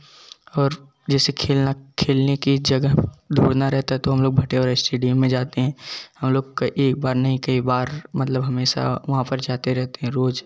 और जैसा खेलना खेलने की जगह दौड़ना रहता है तो हम लोग भाटेरे स्टडीम में जाते हैं हम लोग कई एक बार नहीं कई बार मतलब हमेशा वहाँ पर जाते रहते हैं रोज़